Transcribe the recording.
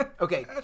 Okay